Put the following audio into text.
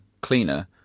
cleaner